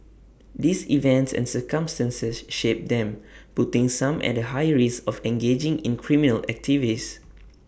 these events and circumstances shape them putting some at A higher risk of engaging in criminal activities